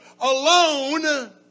alone